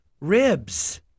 Ribs